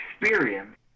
experience